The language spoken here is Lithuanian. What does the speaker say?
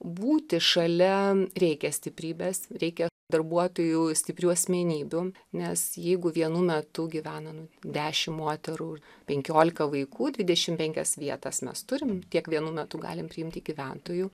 būti šalia reikia stiprybės reikia darbuotojų stiprių asmenybių nes jeigu vienu metų gyvena nu dešimt moterų penkiolika vaikų dvidešimt penkias vietas mes turim tiek vienu metu galim priimti gyventojų